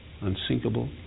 unsinkable